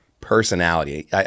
personality